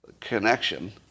connection